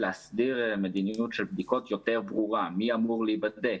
יש להסדיר מדיניות של בדיקות יותר ברורה ומי אמור להיבדק.